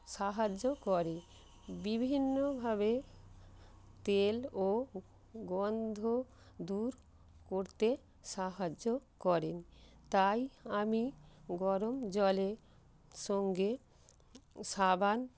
সাহায্য করে বিভিন্নভাবে তেল ও গন্ধ দূর করতে সাহায্য করে তাই আমি গরম জলের সঙ্গে সাবান